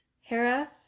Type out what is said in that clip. Hera